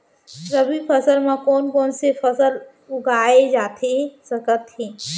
रबि फसल म कोन कोन से फसल उगाए जाथे सकत हे?